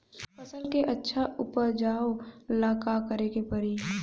फसल के अच्छा उपजाव ला का करे के परी?